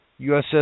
USS